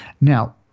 Now